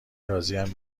راضیم